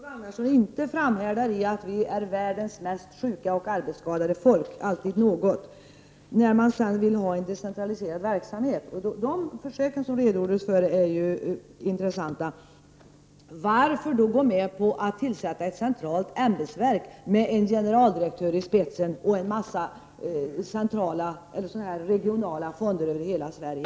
Herr talman! Jag noterar att Jan-Olof Ragnarsson i varje fall inte framhärdari att vi är världens mest sjuka och arbetsskadade folk. Det är alltid något. Han säger att man vill ha en decentraliserad verksamhet, och de försök som redovisades är intressanta. Varför då gå med på att inrätta ett centralt ämbetsverk med en generaldirektör i spetsen och en massa regionala fonder över hela Sverige?